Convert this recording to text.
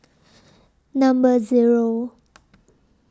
Number Zero